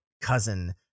cousin